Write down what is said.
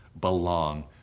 belong